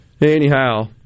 anyhow